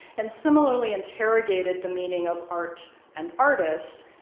and similarly interrogated the meaning of art and artist,